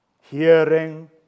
hearing